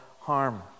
harm